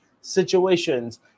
situations